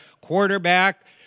quarterback